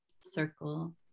circle